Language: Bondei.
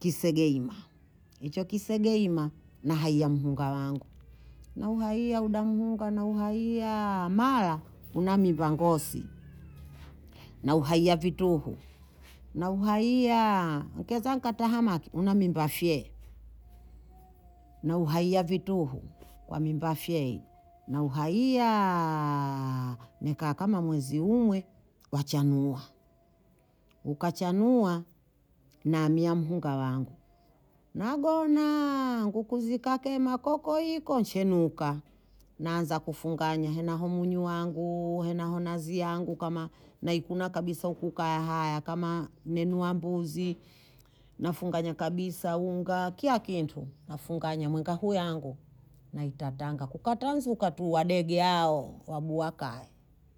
Kisege ima. Icho kisege ima na haiya mhuhunga wangu. Nauhaiya udamuhunga, nauhaiya mara unamimbangosi, nauhaiya vituhu, nauhaiya ungeza nkatahama unamimbafye, nauhaiya vituhu kwa mimbafyei, nauhaiyaaaa neka kama mwezi umwe wachanua. Ukachanua na miyamuhunga wangu. Nagonaaa ngu kuzika kema kokoikoo nchenuka na anza kufunganya. Hena homunyu wangu, hena honazia wangu kama naikuna kabisa ukukahaya, kama nenuambuzi na funganya kabisa unga kiya kitu. Nafunganya mehaku yangu nauta tanga kukata nzuka tu wadege haoo wabua kaya